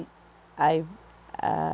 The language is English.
i~ I uh